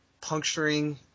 puncturing